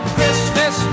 Christmas